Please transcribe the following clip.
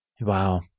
Wow